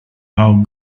how